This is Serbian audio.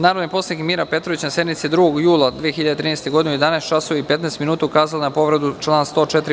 Narodni poslanik Mira Petrović, na sednici 2. jula 2013. godine, u 11.15 časova, ukazala je na povredu člana 104.